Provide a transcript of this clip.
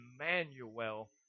Emmanuel